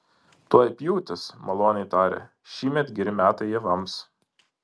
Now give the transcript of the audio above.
tuoj pjūtis maloniai tarė šįmet geri metai javams